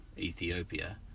Ethiopia